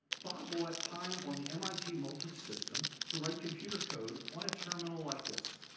bob bought time on the mit multics system to write computer code on a terminal like this.